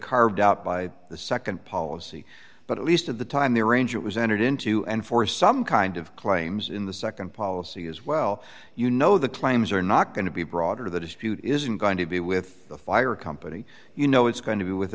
carved out by the nd policy but at least of the time they arrange it was entered into and for some kind of claims in the nd policy as well you know the claims are not going to be broader the dispute isn't going to be with the fire company you know it's going to be with